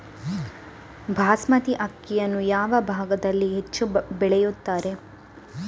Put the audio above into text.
ಬಾಸ್ಮತಿ ಅಕ್ಕಿಯನ್ನು ಯಾವ ಭಾಗದಲ್ಲಿ ಹೆಚ್ಚು ಬೆಳೆಯುತ್ತಾರೆ?